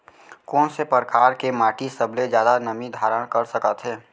कोन से परकार के माटी सबले जादा नमी धारण कर सकत हे?